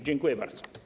Dziękuję bardzo.